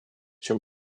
чем